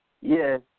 Yes